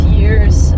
years